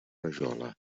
rajola